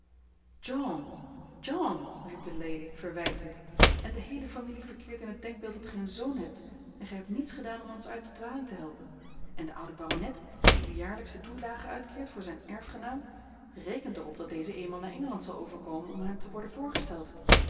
riep de lady verwijtend en de heele familie verkeert in het denkbeeld dat gij een zoon hebt en gij hebt niets gedaan om ons uit de dwaling te helpen en de oude baronet die u jaarlijks de toelage uitkeert voor zijn erfgenaam rekent er op dat deze eenmaal naar engeland zal overkomen om hem te worden voorgesteld